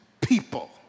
people